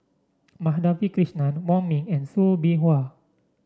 Madhavi Krishnan Wong Ming and Soo Bin Chua